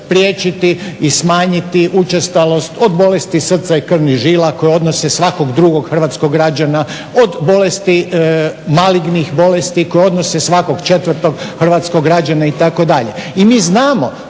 spriječiti i smanjiti učestalost od bolesti srca i krvnih žila koje odnose svakog drugog hrvatskog građana, od bolesti malignih bolesti koje odnose svakog četvrtog hrvatskog građana itd..